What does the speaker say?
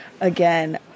again